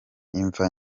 imva